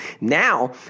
Now